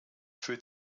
für